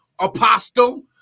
Apostle